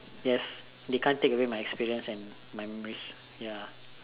yes they can't take away my experience and my memories ya